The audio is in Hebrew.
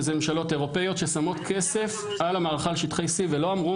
שזה ממשלות אירופאיות ששמות כסף על המערכה על שטחי C ולא אמרו